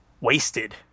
wasted